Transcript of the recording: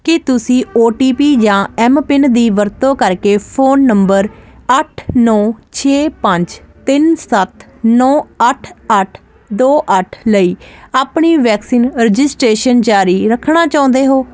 ਕੀ ਤੁਸੀਂ O T P ਜਾਂ M PIN ਦੀ ਵਰਤੋਂ ਕਰਕੇ ਫ਼ੋਨ ਨੰਬਰ ਅੱਠ ਨੌਂ ਛੇ ਪੰਜ ਤਿੰਨ ਸੱਤ ਨੌਂ ਅੱਠ ਅੱਠ ਦੋ ਅੱਠ ਲਈ ਆਪਣੀ ਵੈਕਸੀਨ ਰਜਿਸਟ੍ਰੇਸ਼ਨ ਜਾਰੀ ਰੱਖਣਾ ਚਾਹੁੰਦੇ ਹੋ